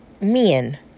men